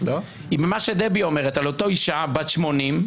היא במה שדבי אומרת על אותה אישה בת 80,